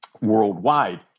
worldwide